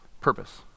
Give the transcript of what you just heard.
Purpose